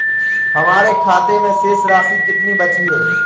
हमारे खाते में शेष राशि कितनी बची है?